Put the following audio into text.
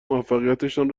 موفقیتشان